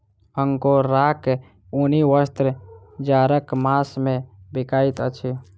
अंगोराक ऊनी वस्त्र जाड़क मास मे बिकाइत अछि